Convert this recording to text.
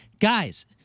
guys